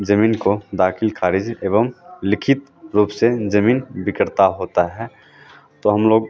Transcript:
ज़मीन को दाखिल ख़ारिज एवं लिखित रूप से ज़मीन विक्रेता होता है तो हम लोग